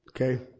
Okay